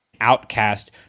outcast